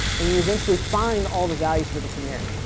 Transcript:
and you eventually find all the values for the canary.